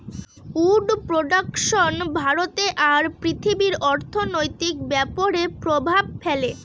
would production ভারতে আর পৃথিবীর অর্থনৈতিক ব্যাপরে প্রভাব ফেলে